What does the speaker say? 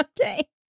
Okay